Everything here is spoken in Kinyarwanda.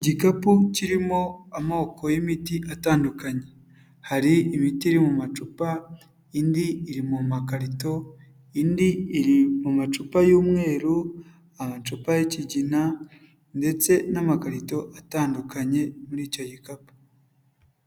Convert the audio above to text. Igikapu kirimo amoko y'imiti atandukanye, hari imiti iri mu macupa, indi iri mu makarito, indi iri mu macupa y'umweru, amacupa y'ikigina ndetse n'amakarito atandukanye muri icyo gikapu.